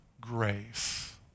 grace